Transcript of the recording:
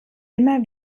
immer